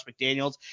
McDaniels